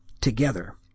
together